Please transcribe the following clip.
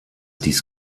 dies